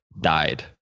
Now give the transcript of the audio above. died